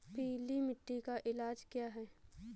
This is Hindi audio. पीली मिट्टी का इलाज क्या है?